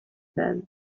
said